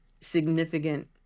significant